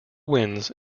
wins